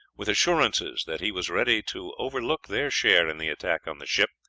with assurances that he was ready to overlook their share in the attack on the ship,